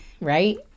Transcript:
right